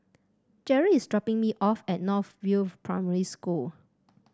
Jerry is dropping me off at North View Primary School